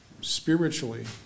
spiritually